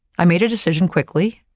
i made a decision quickly,